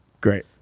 Great